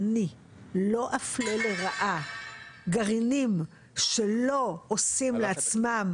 אני לא אפלה לרעה גרעינים שלא עושים לעצמם